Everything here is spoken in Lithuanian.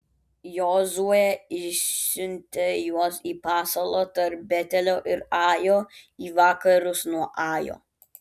jozuė išsiuntė juos į pasalą tarp betelio ir ajo į vakarus nuo ajo